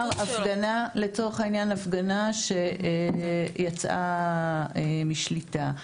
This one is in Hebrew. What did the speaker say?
לצורך העניין, הפגנה שיצאה משליטה.